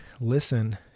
listen